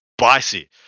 spicy